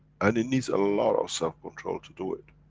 and it needs a lot of self-control to do it,